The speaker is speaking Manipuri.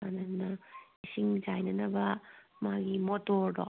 ꯑꯗꯨꯅ ꯏꯁꯤꯡ ꯆꯥꯏꯅꯅꯕ ꯃꯥꯒꯤ ꯃꯣꯇꯣꯔꯗꯣ